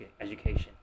education